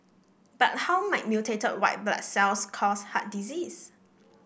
but how might mutated white blood cells cause heart disease